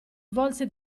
volse